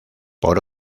por